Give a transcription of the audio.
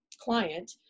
client